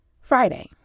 Friday